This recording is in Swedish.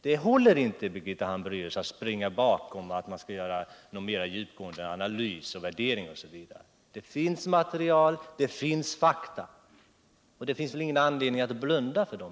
Det håller inte att springa bakom skälet att det skall göras en mer djupgående analys och värdering. Det finns material och fakta, och det finns väl ingen anledning att blunda för dem?